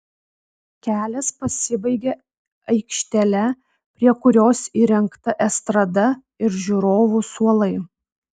kelias pasibaigia aikštele prie kurios įrengta estrada ir žiūrovų suolai